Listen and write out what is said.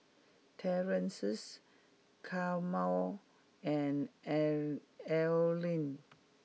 Terrence Carma and arrow Allean